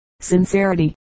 sincerity